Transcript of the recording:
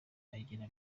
agira